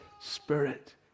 Spirit